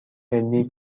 ملی